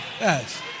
Yes